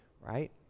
right